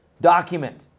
document